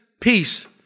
Peace